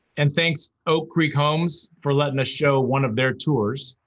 and thanks, oak creek homes, for letting us show one of their tours.